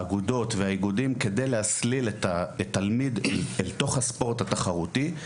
האגודות והאיגודים כדי להסליל את התלמיד לתוך הספורט התחרותי.